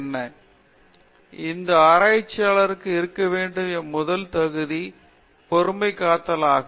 பேராசிரியர் உஷா மோகன் எந்த ஆராய்ச்சியாளருக்கும் இருக்க வேண்டிய முதல் தகுதி பொறுமை காத்தல் ஆகும்